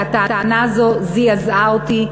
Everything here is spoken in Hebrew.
כי הטענה הזאת זעזעה אותי,